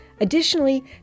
Additionally